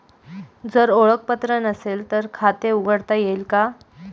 जर ओळखपत्र नसेल तर खाते उघडता येईल का?